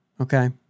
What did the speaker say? okay